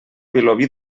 vilobí